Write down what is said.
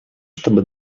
чтобы